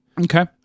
Okay